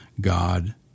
God